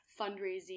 fundraising